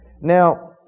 now